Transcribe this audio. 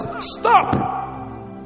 stop